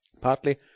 partly